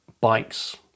bikes